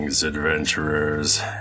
Adventurers